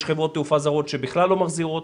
יש חברות תעופה זרות שבכלל לא מחזירות,